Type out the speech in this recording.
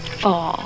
fall